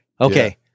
Okay